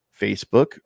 Facebook